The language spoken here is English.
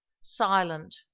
silent